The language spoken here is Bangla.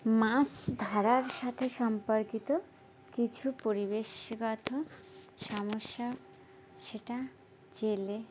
মাছ ধরার সাথে সম্পর্কিত কিছু পরিবেশগত সমস্যা সেটা জেলে